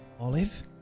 Olive